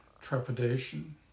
trepidation